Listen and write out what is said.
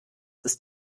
ist